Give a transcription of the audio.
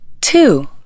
two